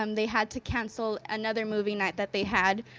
um they had to cancel another movie night that they had,